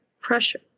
pressure